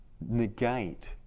negate